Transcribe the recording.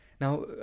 Now